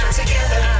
together